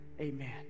amen